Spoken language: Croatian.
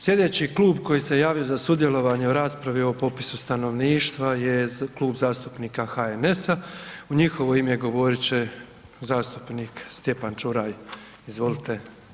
Slijedeći klub koji se javio za sudjelovanje u raspravi o popisu stanovništva je Klub zastupnika HNS-a, u njihovo ime govorit će zastupnik Stjepan Čuraj, izvolite.